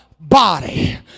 body